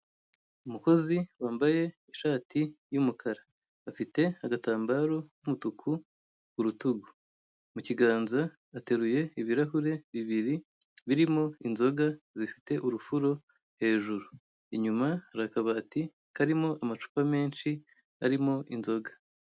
Umukozi wambaye ishati y'umukara afite agatambaro k'umutuku ku rutugu mu kiganza ateruye ibirahure bibiri ku rutugu imbere hari ibirahure bibiri birimo inzoga zifite urufuro, hejuru inyuma hari akabati karimo amacupa menshi arimo inzoga.